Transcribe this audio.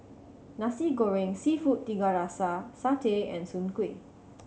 Nasi Goreng Seafood Tiga Rasa satay and soon kway